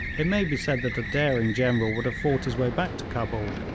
it may be said that a daring general would have fought his way back to cabul,